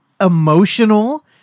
emotional